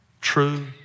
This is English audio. true